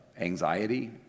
anxiety